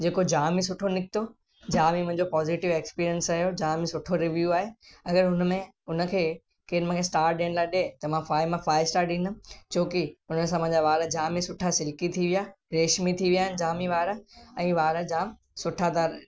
जेको जाम ई सुठो निकितो जाम ई मुंहिंजो पॉज़िटिव एक्सपीरियंस आहियो जाम ई सुठो रिव्यू आहे अगरि उन उन खे केरु मूंखे स्टार ॾियण लाइ ॾिए त मां फाइव मां फाइव स्टार ॾींदुमि छोकी उन सां मुंहिंजा वार जाम ई सुठा सिल्की थी विया रेशमी थी विया आहिनि जाम ई वार ऐं वार जाम सुठा था